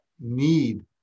need